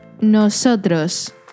Nosotros